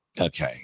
Okay